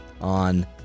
on